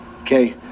Okay